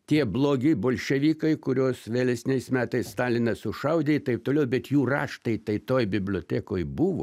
tie blogi bolševikai kuriuos vėlesniais metais stalinas sušaudė taip toliau bet jų raštai tai toj bibliotekoj buvo